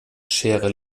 schere